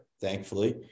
thankfully